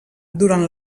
durant